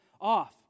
off